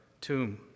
tomb